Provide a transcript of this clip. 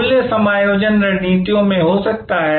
मूल्य समायोजन रणनीतियों में हो सकता है